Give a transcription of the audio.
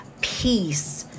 Peace